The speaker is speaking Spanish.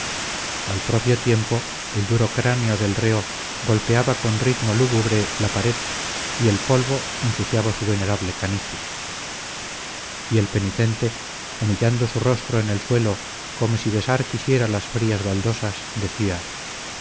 al propio tiempo el duro cráneo del reo golpeaba con ritmo lúgubre la pared y el polvo ensuciaba su venerable canicie y el penitente humillando su rostro en el suelo como si besar quisiera las frías baldosas decía